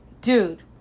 Dude